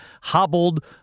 hobbled